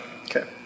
Okay